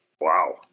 Wow